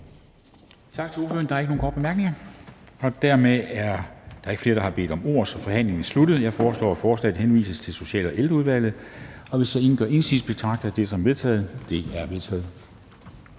tak til ordføreren. Der er ikke flere korte bemærkninger. Da der ikke er flere, som har bedt om ordet, er forhandlingen sluttet. Jeg foreslår, at forslaget henvises til Social- og Ældreudvalget. Hvis ingen gør indsigelse, betragter jeg det som vedtaget. Det er vedtaget.